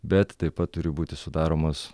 bet taip pat turi būti sudaromos